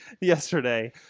yesterday